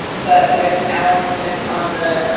but with alan thimmig on the